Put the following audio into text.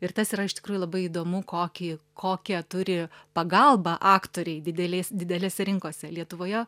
ir tas yra iš tikrųjų labai įdomu kokį kokią turi pagalbą aktoriai didelės didelėse rinkose lietuvoje